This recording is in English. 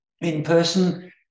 in-person